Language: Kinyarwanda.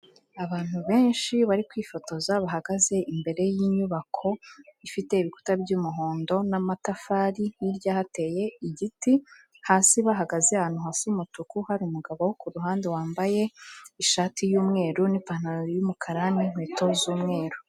Abantu benshi bari kwifotoza bahagaze imbere y'inyubako ifite ibikuta by'umuhondo, n'amatafari, hirya hateye igiti, hasi bahagaze ahantu hasa umutuku, hari umugabo wo ku ruhande wambaye ishati y'umweru n'ipantaro y'umukara, n'inkweto z'umweru.